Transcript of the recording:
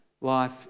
life